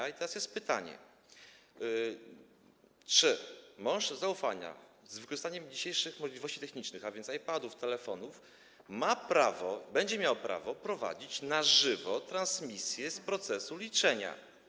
I teraz jest pytanie, czy mąż zaufania z wykorzystaniem dzisiejszych możliwości technicznych, a więc iPadów, telefonów, ma prawo, będzie miał prawo prowadzić na żywo transmisję z procesu liczenia.